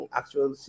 actual